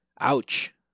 Ouch